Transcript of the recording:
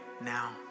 now